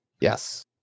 yes